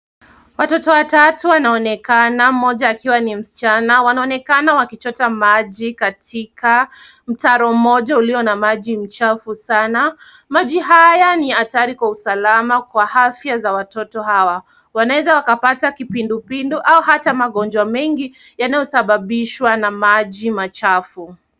Watoto watatu wsnsonekana, mmoja akiwa ni msichana. Wanaonekana wakichota maji katika mtaro mmoja ulio na maji mchafu sana. Maji haya na hatari kwa usalama kwa afya za watoto hawa. Wanaweza wakapata kipindupindu au hata magonjwa mengi yanayosababishwa na maji machafu.